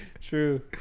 True